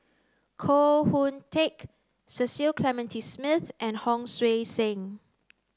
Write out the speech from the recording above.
Koh Hoon Teck Cecil Clementi Smith and Hon Sui Sen